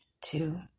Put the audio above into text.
two